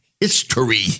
history